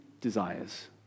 desires